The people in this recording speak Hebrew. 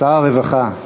שר הרווחה,